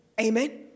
Amen